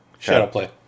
Shadowplay